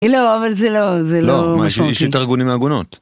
לא אבל זה לא, זה לא משמעותי. לא, מה שיש את הארגונים הארגונות.